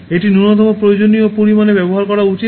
এটি ন্যূনতম প্রয়োজনীয় পরিমাণে ব্যবহার করা উচিত